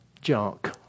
junk